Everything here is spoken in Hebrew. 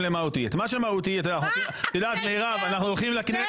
למהותי ואת מה שמהותי אתם הופכים לפורמלי.